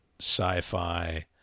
sci-fi